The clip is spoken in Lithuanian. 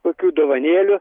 kokių dovanėlių